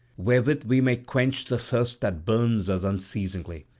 wherewith we may quench the thirst that burns us unceasingly.